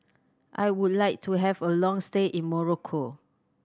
I would like to have a long stay in Morocco